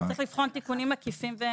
יש לבחון תיקונים עקיפים.